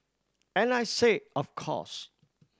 and I said of course